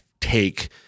take